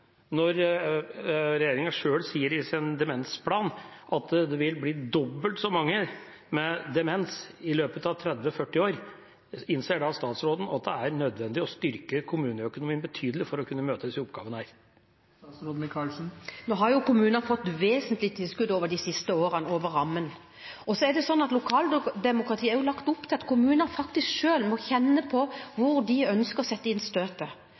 Når regjeringa sjøl sier i sin demensplan at det vil bli dobbelt så mange med demens i løpet av 30–40 år, innser da statsråden at det er nødvendig å styrke kommuneøkonomien betydelig for å kunne møte disse oppgavene? Nå har jo kommunene fått vesentlige tilskudd over rammen de siste årene. Og lokaldemokratiet er jo lagt opp til at kommunene selv faktisk må kjenne på hvor de ønsker å sette inn støtet.